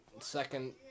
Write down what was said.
second